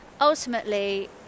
Ultimately